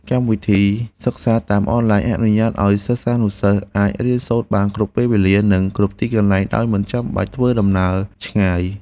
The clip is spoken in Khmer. កម្មវិធីសិក្សាតាមអនឡាញអនុញ្ញាតឱ្យសិស្សានុសិស្សអាចរៀនសូត្របានគ្រប់ពេលវេលា និងគ្រប់ទីកន្លែងដោយមិនចាំបាច់ធ្វើដំណើរឆ្ងាយ។